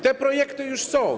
Te projekty już są.